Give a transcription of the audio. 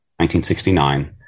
1969